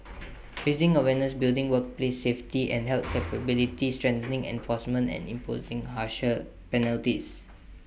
raising awareness building workplace safety and health capability strengthening enforcement and imposing harsher penalties